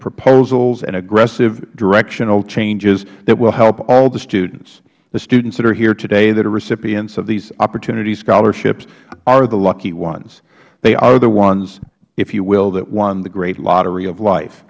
proposals and aggressive directional changes that will help all the students the students that are here today that are recipients of these opportunity scholarships are the lucky ones they are the ones if you will that won the great lottery of life